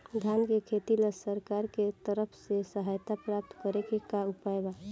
धान के खेती ला सरकार के तरफ से सहायता प्राप्त करें के का उपाय बा?